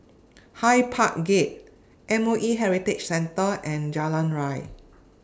Hyde Park Gate M O E Heritage Centre and Jalan Ria